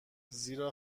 زیرا